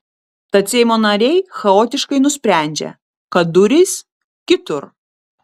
tad seimo nariai chaotiškai nusprendžia kad durys kitur